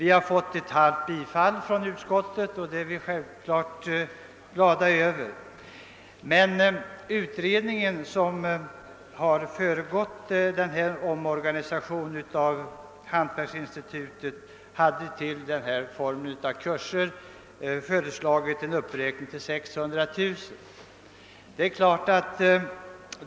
Vi har fått ett halvt bifall från utskottet, 200 000 kr., och det är vi självfallet glada över. Men den utredning som föregick omorganisationen av hantverksinstitutet hade för denna form av kurser föreslagit en uppräkning till 600 000 kr.